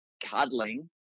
cuddling